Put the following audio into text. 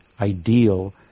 ideal